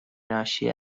ناشی